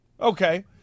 Okay